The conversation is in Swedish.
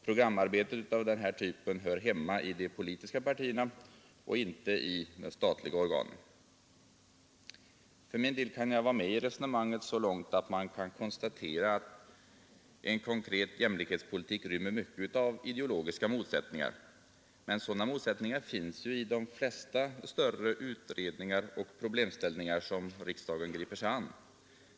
Programarbete av den här typen hör hemma i de politiska partierna och inte i statliga organ. För min del kan jag vara med i resonemanget så långt som att man kan konstatera att en konkret jämlikhetspolitik rymmer mycket av ideologiska motsättningar. Men sådana motsättningar finns ju i de flesta större utredningar och problemställningar som riksdagen griper sig an.